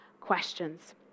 questions